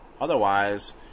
otherwise